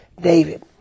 David